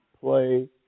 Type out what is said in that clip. play